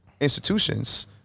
institutions